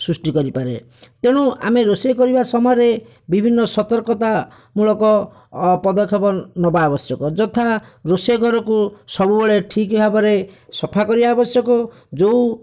ସୃଷ୍ଟି କରିପାରେ ତେଣୁ ଆମେ ରୋଷେଇ କରିବା ସମୟରେ ବିଭିନ୍ନ ସତର୍କତା ମୂଳକ ପଦକ୍ଷେପ ନେବା ଆବଶ୍ୟକ ଯଥା ରୋଷେଇ ଘରକୁ ସବୁବେଳେ ଠିକ୍ ଭାବରେ ସଫା କରିବା ଆବଶ୍ୟକ ଯୋଉ